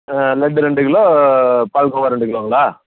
லட்டு ரெண்டு கிலோ பால்கோவா ரெண்டு கிலோங்களா